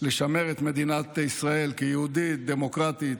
לשמר את מדינת ישראל כיהודית ודמוקרטית.